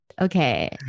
okay